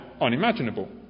unimaginable